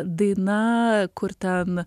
daina kur ten